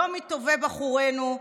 לא מטובי בחורינו.